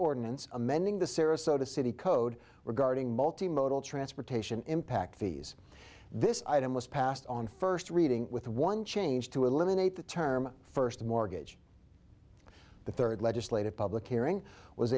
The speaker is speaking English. ordinance amending the sarasota city code regarding multi modal transportation impact fees this item was passed on first reading with one change to eliminate the term first mortgage the third legislative public hearing was